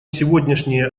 сегодняшние